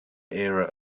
era